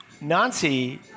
Nancy